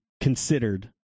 considered